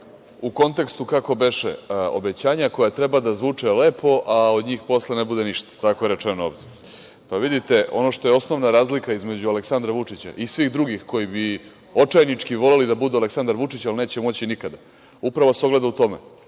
u kontekstu, kako beše - obećanja koja treba da zvuče lepo, a od njih posle ne bude ništa, tako je rečeno ovde. Vidite, ono što je osnovna razlika između Aleksandra Vučića i svih drugih koji bi očajnički voleli da budu Aleksandar Vučić ali neće moći nikada, upravo se ogleda u tome